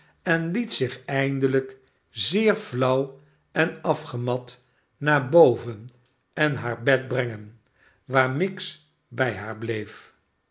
en liet zich eindelijk zeer flauw en afgemat naar boven en naar bed brengen waar miggs bij haar bleef